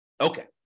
Okay